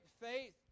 faith